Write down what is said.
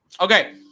Okay